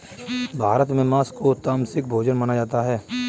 भारत में माँस को तामसिक भोजन माना जाता है